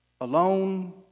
alone